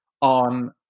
on